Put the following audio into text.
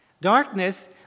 darkness